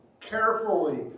carefully